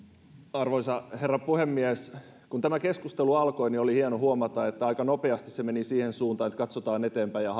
arvoisa herra puhemies kun tämä keskustelu alkoi oli hienoa huomata että aika nopeasti se meni siihen suuntaan että katsotaan eteenpäin ja